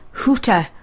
hooter